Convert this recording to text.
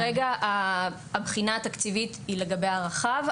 כרגע הבחינה התקציבית היא לגבי הרחב,